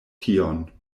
tion